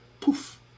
poof